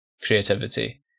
creativity